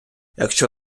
якщо